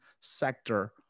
sector